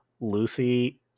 Lucy